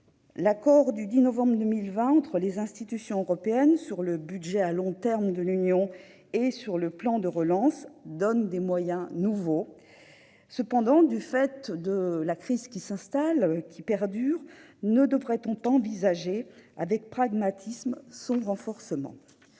L'accord du 10 novembre 2020 entre les institutions européennes sur le budget à long terme de l'Union et sur le plan de relance donne des moyens nouveaux. Cependant, avec la crise qui s'installe dans la durée, ne devrait-on pas envisager avec pragmatisme un renforcement ?